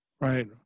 Right